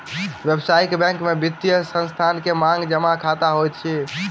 व्यावसायिक बैंक में वित्तीय संस्थान के मांग जमा खता होइत अछि